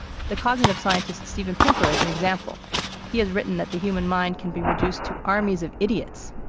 the cognitive scientist steven pinker is an example he has written that the human mind can be reduced to armies of idiots,